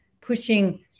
pushing